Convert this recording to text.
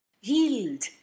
Yield